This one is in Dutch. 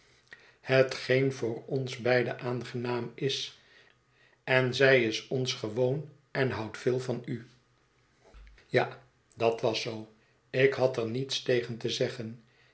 hetgeen voor beide aangenaam is en zij is ons gewoon en houdt veel van u t het verlaten huis ja dat was zoo ik had er niets tegen te zeggen